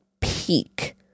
peak